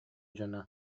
дьоно